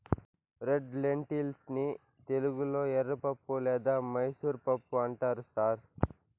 red lentils ని తెలుగులో ఎర్రపప్పు లేదా మైసూర్ పప్పు అంటారు సార్